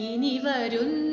Inivarun